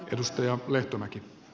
arvoisa puhemies